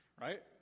right